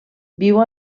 viu